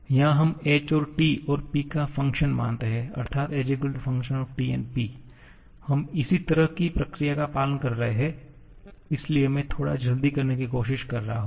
यहाँ हम h को T और P का फंक्शन मानते हैं अर्थात h f T P हम इसी तरह की प्रक्रिया का पालन कर रहे हैं इसलिए मैं थोड़ा जल्दी करने की कोशिश कर रहा हूं